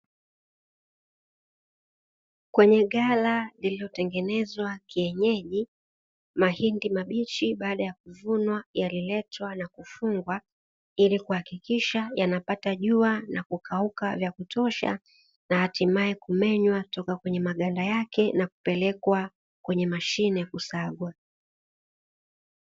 Kwenye ghala lililotengenezwa kienyeji, mahindi mabichi baada ya kuvunwa yaliletwa na kufungwa ili kuhakikisha yanapata jua na kukauka vya kutosha, na hatimaye kumenywa toka kwenye maganda yake na kupelekwa kwenye mashine kusagwa.